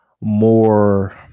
more